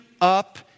up